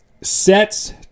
sets